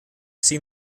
sin